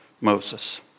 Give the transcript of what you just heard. Moses